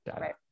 Right